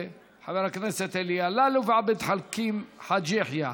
חבר הכנסת אלי אלאלוף ועבד חכים חאג' יחיא.